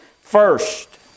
first